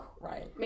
right